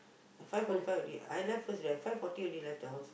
five forty five already I left first five forty already left the house